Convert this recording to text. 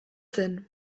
zen